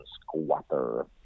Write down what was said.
Squatter